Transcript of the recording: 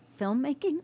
filmmaking